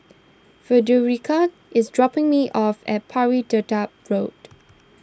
Frederica is dropping me off at Pari Dedap Road